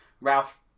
Ralph